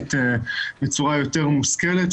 התוכנית בצורה יותר מושכלת,